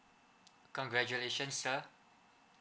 congratulation sir